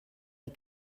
die